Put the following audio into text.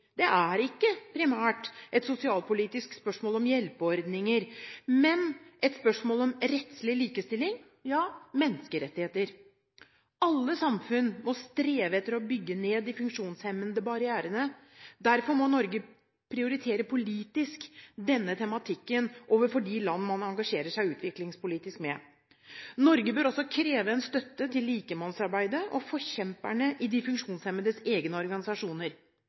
Det er ikke primært et sosialpolitisk spørsmål om hjelpeordninger, men et spørsmål om rettslig likestilling – ja, menneskerettigheter. Alle samfunn må strebe etter å bygge ned de funksjonshemmende barrierene. Derfor må Norge prioritere denne tematikken politisk overfor de land man engasjerer seg utviklingspolitisk med. Norge bør også kreve støtte til likemannsarbeidet og forkjemperne i de funksjonshemmedes egne organisasjoner.